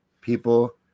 people